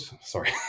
sorry